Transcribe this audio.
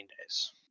days